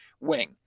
wing